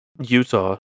Utah